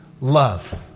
love